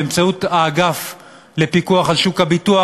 באמצעות האגף לפיקוח על שוק הביטוח,